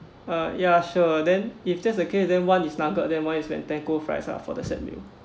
uh ya sure then if that's the case then one is nugget then one is mentaiko fries lah for the set meal